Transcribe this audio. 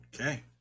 Okay